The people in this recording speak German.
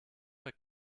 für